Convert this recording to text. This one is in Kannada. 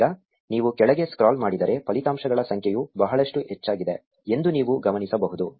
ಈಗ ನೀವು ಕೆಳಗೆ ಸ್ಕ್ರಾಲ್ ಮಾಡಿದರೆ ಫಲಿತಾಂಶಗಳ ಸಂಖ್ಯೆಯು ಬಹಳಷ್ಟು ಹೆಚ್ಚಾಗಿದೆ ಎಂದು ನೀವು ಗಮನಿಸಬಹುದು